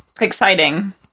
exciting